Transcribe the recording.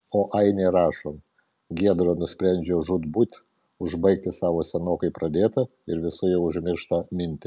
o ainė rašo giedra nusprendžia žūtbūt užbaigti savo senokai pradėtą ir visų jau užmirštą mintį